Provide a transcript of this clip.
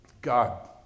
God